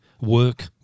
work